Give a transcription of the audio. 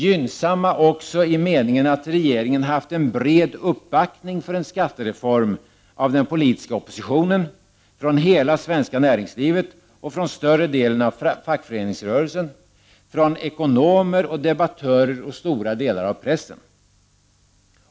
Gynnsamma också i meningen att regeringen haft en bred uppbackning för en skattereform av den politiska oppositionen, från hela det svenska näringslivet och större delen av fackföreningsrörelsen, från ekonomer och debattörer och stora delar av pressen.